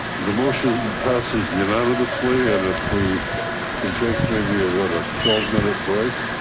the motion passes unanimously. and if we can take maybe ah what a twelve minute break